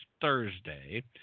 Thursday –